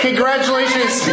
Congratulations